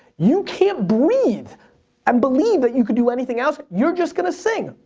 you can't breathe and believe that you can do anything else. you're just gonna sing.